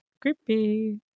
creepy